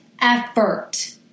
effort